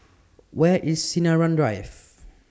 Where IS Sinaran Drive